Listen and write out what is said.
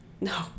No